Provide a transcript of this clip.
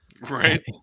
Right